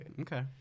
Okay